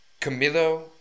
Camilo